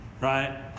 Right